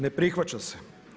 Ne prihvaća se.